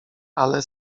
ale